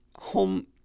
Home